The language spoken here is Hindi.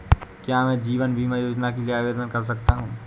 क्या मैं जीवन बीमा योजना के लिए आवेदन कर सकता हूँ?